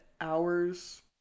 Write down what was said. hours